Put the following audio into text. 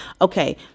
Okay